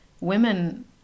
women